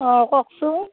অ' কওকচোন